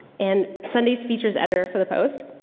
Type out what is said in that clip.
and sunday's features editor for the post.